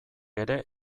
ere